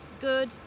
good